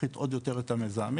יפחית עוד יותר את המזהמים,